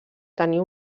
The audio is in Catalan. tenir